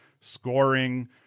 scoring